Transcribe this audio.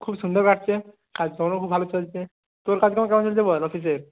খুব সুন্দর লাগছে আর কাজকর্মও খুব ভালো চলছে তোর কাজকর্ম কেমন চলছে বল অফিসের